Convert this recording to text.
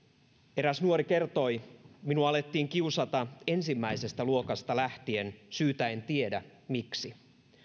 eräs nuori kertoi minua alettiin kiusata ensimmäisestä luokasta lähtien syytä en tiedä miksi